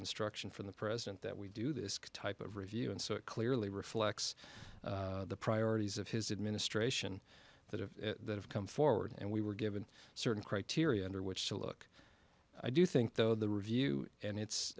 instruction from the president that we do this type of review and so it clearly reflects the priorities of his administration that have to come forward and we were given certain criteria under which to look i do think though the